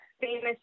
famous